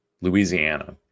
Louisiana